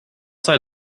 sei